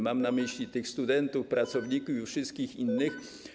Mam na myśli studentów, pracowników i wszystkich innych.